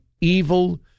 evil